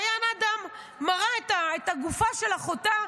מעיין אדם מראה את הגופה של אחותה,